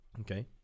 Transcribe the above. Okay